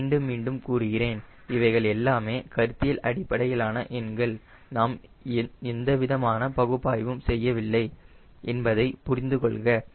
நான் மீண்டும் மீண்டும் கூறுகிறேன் இவைகள் எல்லாமே கருத்தியல் அடிப்படையிலான எண்கள் நாம் எந்தவிதமான பகுப்பாய்வும் செய்யவில்லை என்பதை புரிந்து கொள்க